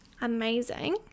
amazing